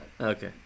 Okay